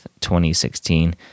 2016